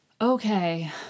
Okay